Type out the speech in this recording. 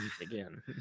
Again